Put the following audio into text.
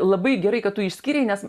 labai gerai kad tu išskyrei nes